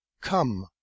come